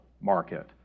market